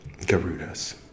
Garudas